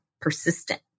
persistent